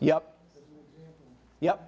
yep yep